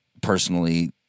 personally